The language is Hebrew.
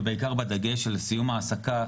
ובעיקר בדגש על סיום ההעסקה,